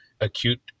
acute